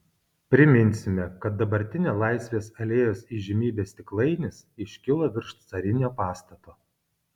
priminsime kad dabartinė laisvės alėjos įžymybė stiklainis iškilo virš carinio pastato